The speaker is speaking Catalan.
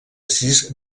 sis